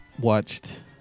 watched